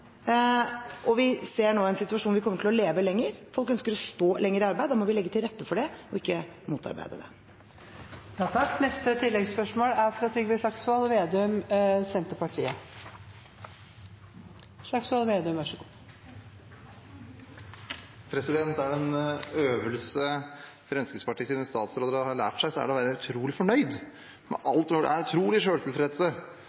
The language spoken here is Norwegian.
og vi ser nå en situasjon der vi kommer til å leve lenger, folk ønsker å stå lenger i arbeid. Da må vi legge til rette for det, og ikke motarbeide det. Trygve Slagsvold Vedum – til oppfølgingsspørsmål. Er det en øvelse Fremskrittspartiets statsråder har lært seg, er det å være utrolig fornøyde med